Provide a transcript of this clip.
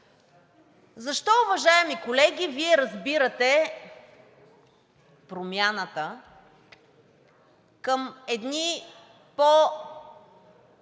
Защо, уважаеми колеги, Вие разбирате промяната към едни по-прозрачни